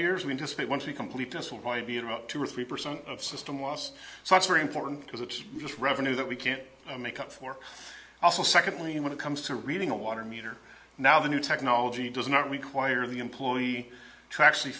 dissipate once we complete this will by be in about two or three percent of system was so it's very important because it's just revenue that we can't make up for also secondly when it comes to reading a water meter now the new technology does not require the employee to actually